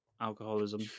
alcoholism